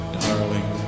darling